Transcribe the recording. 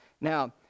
Now